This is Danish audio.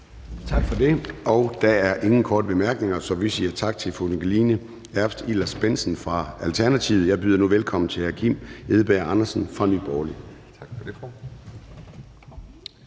Tak for det. Der er ingen korte bemærkninger, så vi siger tak til fru Nikoline Erbs Hillers-Bendtsen fra Alternativet. Jeg byder nu velkommen til hr. Kim Edberg Andersen fra Nye Borgerlige.